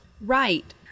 Right